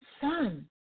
son